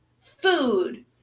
food